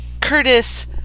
Curtis